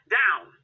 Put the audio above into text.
down